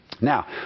Now